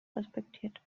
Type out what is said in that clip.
respektiert